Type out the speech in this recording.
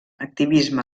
activisme